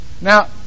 Now